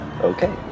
Okay